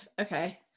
Okay